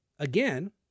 Again